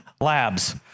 labs